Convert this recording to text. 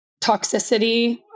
toxicity